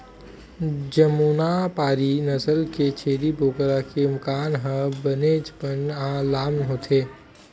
जमुनापारी नसल के छेरी बोकरा के कान ह बनेचपन लाम होथे